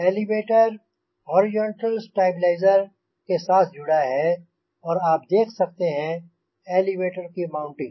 elevator horizontal stabiliser के साथ जुड़ा है और आप देख सकते हैं एलेवेटर की माउंटिंग